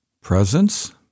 Presence